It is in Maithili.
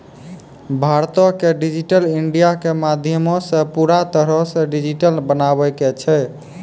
भारतो के डिजिटल इंडिया के माध्यमो से पूरा तरहो से डिजिटल बनाबै के छै